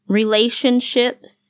relationships